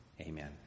Amen